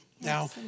Now